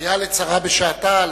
דיה לצרה בשעתה.